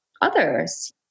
others